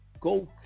go